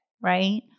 right